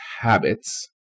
habits